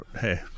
Hey